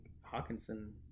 Hawkinson